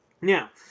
Now